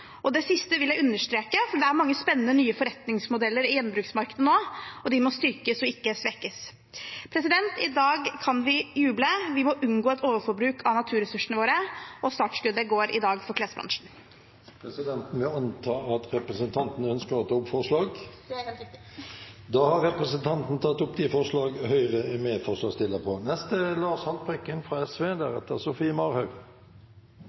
Det siste vil jeg understreke, for det er mange spennende, nye forretningsmodeller i gjenbruksmarkedet nå, og de må styrkes og ikke svekkes. I dag kan vi juble. Vi må unngå et overforbruk av naturressursene våre, og startskuddet går i dag for klesbransjen. Presidenten vil anta at representanten ønsker å ta opp forslag? Det er helt riktig. Da har representanten Mathilde Tybring-Gjedde tatt opp de forslagene som Høyre